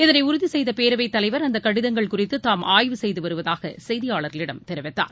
இதனைஉறுதிசெய்தபேரவைத் தலைவர் கடிதங்கள் அந்தக் குறித்துதாம் ஆய்வு செய்துவருவதாகசெய்தியாளர்களிடம் தெரிவித்தார்